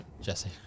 jesse